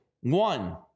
one